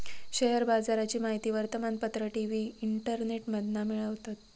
share बाजाराची माहिती वर्तमानपत्र, टी.वी, इंटरनेटमधना मिळवतत